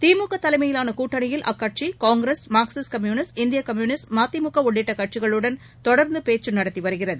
திமுகதலைமையிலானகூட்டணியில் அக்கட்சிகாங்கிரஸ் Marxist communist இந்தியகம்யூனிஸ்ட் மதிமுகஉள்ளிட்டகட்சிகளுடன் தொடர்ந்துபேச்சுநடத்திவருகிறது